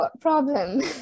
problem